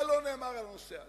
מה לא נאמר על הנושא הזה?